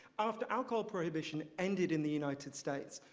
after alcohol prohibition ended in the united states,